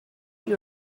you